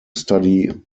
study